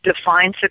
define